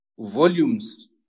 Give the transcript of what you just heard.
volumes